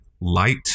light